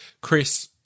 Chris